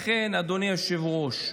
לכן, אדוני היושב-ראש,